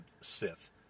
Sith